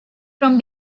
from